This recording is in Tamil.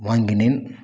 வாங்கினேன்